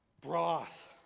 Broth